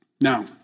Now